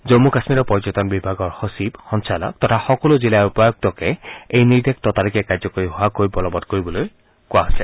জন্মূ কাম্মীৰৰ পৰ্যটন বিভাগৰ সচিব সঞালক তথা সকলো জিলা উপায়ুক্তকে এই নিৰ্দেশ ততালিকে কাৰ্যকৰী হোৱাকৈ বলৱৎ কৰিবলৈ কোৱা হৈছে